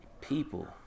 people